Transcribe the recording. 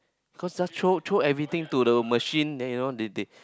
cause just throw throw everything to the machine then you know they they